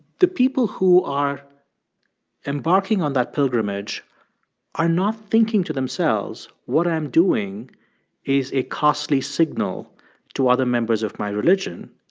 the people who are embarking on that pilgrimage are not thinking to themselves, what i'm doing is a costly signal to other members of my religion.